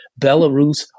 Belarus